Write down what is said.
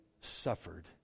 suffered